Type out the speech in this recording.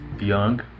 young